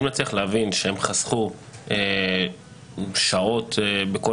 אני מצליח להבין שהם חסכו שעות בכל